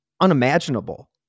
unimaginable